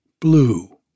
Blue